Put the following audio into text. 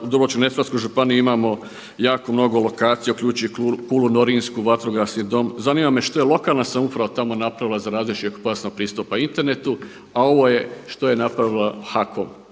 za Dubrovačko-neretvansku županiju imamo jako mnogo lokacija uključiv i Kulu Norinsku, vatrogasni dom. Zanima me što je lokalna samouprava tamo napravila za razvoj širokopojasnog pristupa internetu, a ovo je što je napravio HAKOM